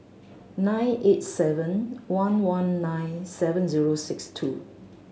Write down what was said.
nine eight seven one one nine seven zero six two